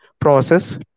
process